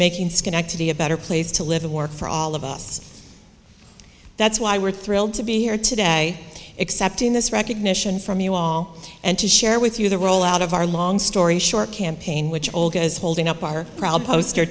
making schenectady a better place to live and work for all of us that's why we're thrilled to be here today except in this recognition from you all and to share with you the roll out of our long story short campaign which old is holding up our proud poster